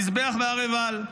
המזבח בהר עיבל.